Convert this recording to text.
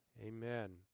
Amen